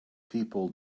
people